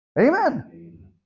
Amen